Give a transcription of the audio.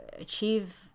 achieve